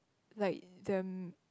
like the